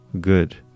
good